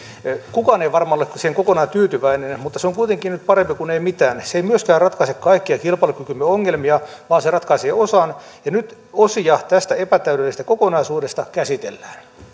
kukaan ei varmaan ole siihen kokonaan tyytyväinen mutta se on kuitenkin nyt parempi kuin ei mitään se ei myöskään ratkaise kaikkia kilpailukykymme ongelmia vaan se ratkaisee osan ja nyt osia tästä epätäydellisestä kokonaisuudesta käsitellään